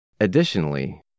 Additionally